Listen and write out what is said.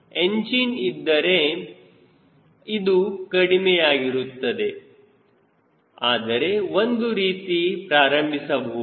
engine ಇದ್ದರೆ ಇದು ಕಡಿಮೆಯಾಗಿರುತ್ತದೆ ಆದರೆ ಒಂದೇ ರೀತಿ ಪ್ರಾರಂಭಿಸಬಹುದು